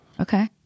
Okay